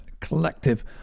Collective